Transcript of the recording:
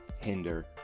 hinder